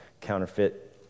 counterfeit